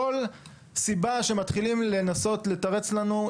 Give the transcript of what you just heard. כל סיבה שמתחילים לתרץ לנו,